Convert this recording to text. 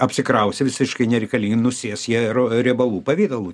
apsikrausi visiškai nereikalingai nusės jie ir riebalų pavidalu